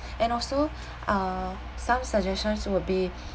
and also uh some suggestions will be